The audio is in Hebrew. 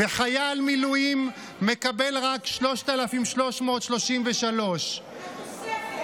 וחייל מילואים מקבל רק 3,333. התוספת.